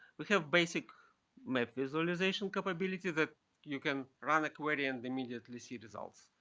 we have basic map visualization capability that you can run a query and immediately see results.